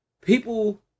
people